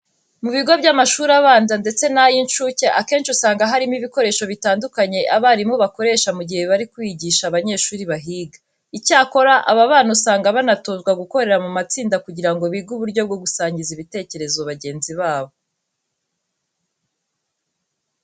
Mu bigo by'amashuri abanza ndetse n'ay'incuke akenshi usanga harimo ibikoresho bitandukanye abarimu bakoresha mu gihe bari kwigisha abanyeshuri bahiga. Icyakora, aba bana usanga banatozwa gukorera mu matsinda kugira ngo bige uburyo bwo gusangiza ibitekerezo bagenzi babo.